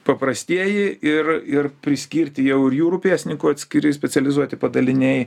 paprastieji ir ir priskirti jau ir jūrų pėstininkų atskiri specializuoti padaliniai